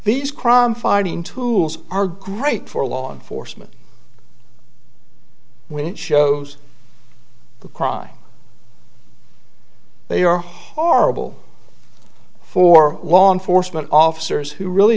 these crime fighting tools are great for law enforcement when it shows the crime they are horrible for law enforcement officers who really